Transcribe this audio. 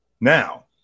Now